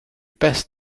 best